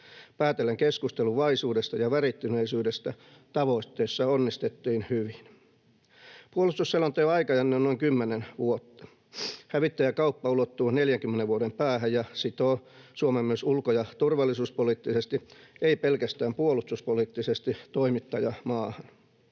Päätellen keskustelun vaisuudesta ja värittyneisyydestä tavoitteessa onnistuttiin hyvin. Puolustusselonteon aikajänne on noin 10 vuotta. Hävittäjäkauppa ulottuu 40 vuoden päähän ja sitoo Suomen myös ulko‑ ja turvallisuuspoliittisesti, ei pelkästään puolustuspoliittisesti, toimittajamaahan.